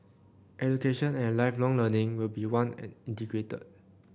education and Lifelong Learning will be one and integrated